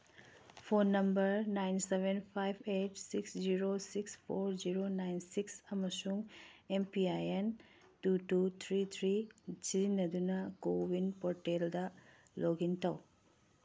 phone number nine seven five eight six zero six four zero nine six ꯑꯃꯁꯨꯡ M P I N two two three three ꯁꯤꯖꯤꯟꯅꯗꯨꯅ CoWIN ꯄꯣꯔꯇꯦꯜꯗ ꯂꯣꯛꯏꯟ ꯇꯧ